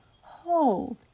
hold